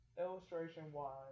illustration-wise